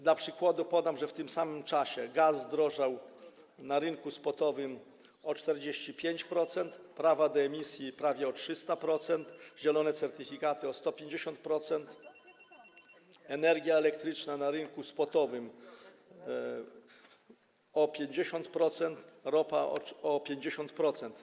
Dla przykładu podam, że w tym samym czasie gaz zdrożał na rynku spotowym o 45%, prawa do emisji zdrożały prawie o 300%, zielone certyfikaty o 150%, energia elektryczna na rynku spotowym zdrożała o 50% i ropa o 50%.